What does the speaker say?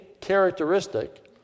characteristic